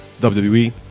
WWE